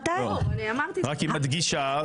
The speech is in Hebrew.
רק היא מדגישה.